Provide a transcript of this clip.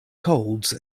colds